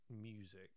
music